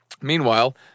Meanwhile